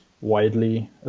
widely